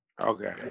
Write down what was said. okay